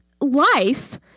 life